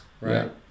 Right